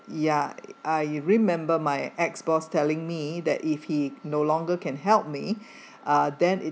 ya I remember my ex-boss telling me that if he no longer can help me uh then